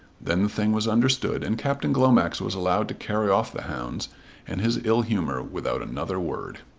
then the thing was understood and captain glomax was allowed to carry off the hounds and his ill-humour without another word.